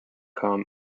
com